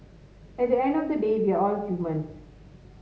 at the end of the day we are all humans